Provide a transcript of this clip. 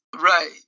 right